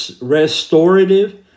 restorative